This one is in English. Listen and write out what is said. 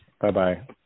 Bye-bye